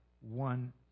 one